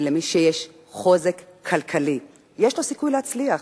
ולמי שיש חוזק כלכלי יש סיכוי להצליח.